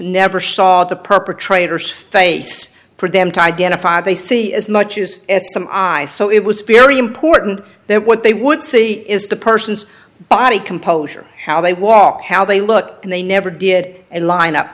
never saw the perpetrators face for them to identify they see as much as i saw it was very important that what they would see is the person's body composure how they walk how they look and they never did and line up